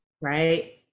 Right